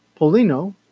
Polino